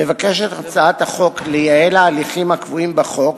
הצעת החוק מבקשת לייעל את ההליכים הקבועים בחוק